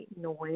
noise